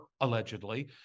allegedly